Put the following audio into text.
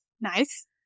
Nice